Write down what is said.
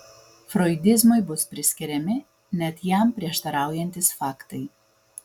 froidizmui bus priskiriami net jam prieštaraujantys faktai